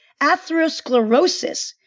atherosclerosis